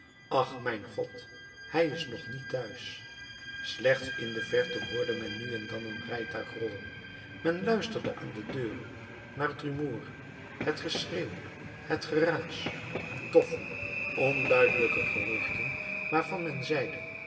ach mijn god hij is nog niet te huis slechts in de verte hoorde men nu en dan een rijtuig rollen men luisterde aan de deuren naar het rumoer het geschreeuw het geraas doffe onduidelijke geruchten waarvan men zeide